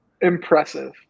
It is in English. Impressive